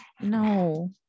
No